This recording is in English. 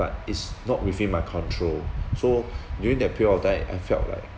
but is not within my control so during that period of time I felt like